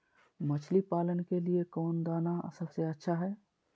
मछली पालन के लिए कौन दाना सबसे अच्छा है?